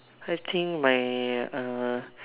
I think my uh